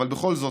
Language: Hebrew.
אבל בכל זאת.